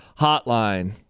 hotline